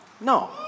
no